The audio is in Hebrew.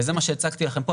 וזה מה שהצגתי לכם פה,